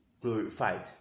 glorified